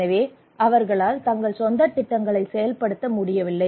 எனவே அவர்களால் தங்கள் சொந்த திட்டங்களை செயல்படுத்த முடியவில்லை